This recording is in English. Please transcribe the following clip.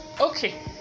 Okay